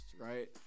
right